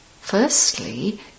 Firstly